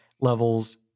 levels